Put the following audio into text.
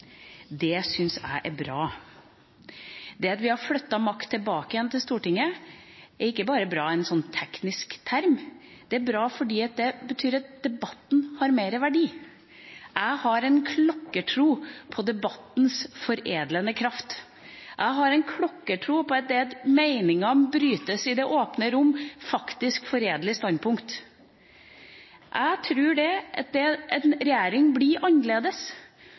Det syns jeg er bra. Det at vi har flyttet makt tilbake til Stortinget, er ikke bare bra i en teknisk term, det er bra fordi det betyr at debatten har mer verdi. Jeg har en klokkertro på debattens foredlende kraft. Jeg har en klokkertro på at det at meningene brytes i det åpne rom, faktisk foredler standpunkt. Jeg tror at en regjering blir annerledes